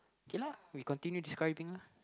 ya lah we continue describing lah